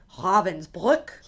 Ravensbrück